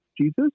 Jesus